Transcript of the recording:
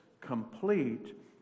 complete